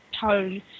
tone